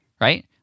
right